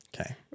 Okay